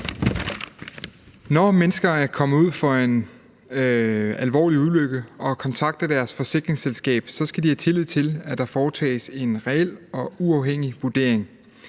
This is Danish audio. Når mennesker er kommet ud for en alvorlig ulykke og kontakter deres forsikringsselskab, skal de have tillid til, at der foretages en reel og uafhængig vurdering.